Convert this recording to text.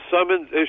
summons